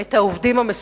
את סגל העובדים במקום,